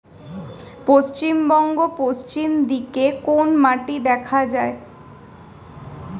পশ্চিমবঙ্গ পশ্চিম দিকে কোন মাটি দেখা যায়?